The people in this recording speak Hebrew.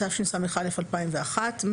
התשס"א 2001‏,